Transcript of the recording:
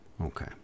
Okay